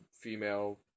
female